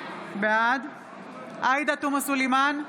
בעד עאידה תומא סלימאן,